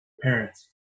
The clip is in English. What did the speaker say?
Parents